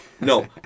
No